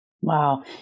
Wow